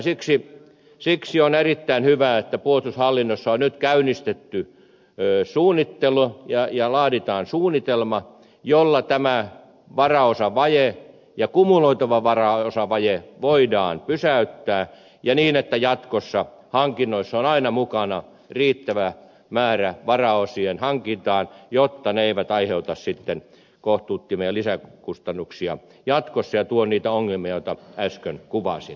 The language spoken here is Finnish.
siksi on erittäin hyvä että puolustushallinnossa on nyt käynnistetty suunnittelu ja laaditaan suunnitelma jolla tämä varaosavaje ja kumuloituva varaosavaje voidaan pysäyttää niin että jatkossa hankinnoissa on aina mukana riittävä määrä varaosien hankintaan jotta ne eivät aiheuta kohtuuttomia lisäkustannuksia jatkossa ja tuo niitä ongelmia joita äsken kuvasin